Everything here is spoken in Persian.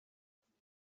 انگلیسی